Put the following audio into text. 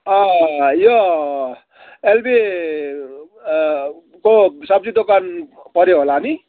यो एलबी को सब्जी दोकान पऱ्यो होला नि